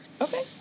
Okay